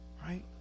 Right